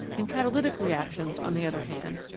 in catalytic re actions, on the other hand,